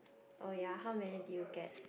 oh ya how many did you get